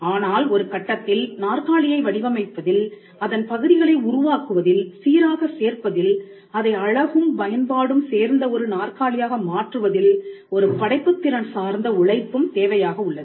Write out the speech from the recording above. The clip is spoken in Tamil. ஆனால் ஒரு கட்டத்தில் நாற்காலியை வடிவமைப்பதில் அதன் பகுதிகளை உருவாக்குவதில் சீராக சேர்ப்பதில்அதை அழகும் பயன்பாடும் சேர்ந்த ஒரு நாற்காலியாக மாற்றுவதில் ஒரு படைப்புத் திறன் சார்ந்த உழைப்பும் தேவையாக உள்ளது